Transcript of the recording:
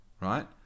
right